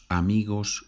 amigos